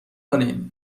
کنین